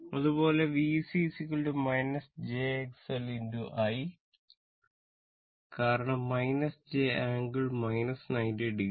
അതുപോലെ VC j XL I കാരണം j angle 90 o